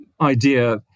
idea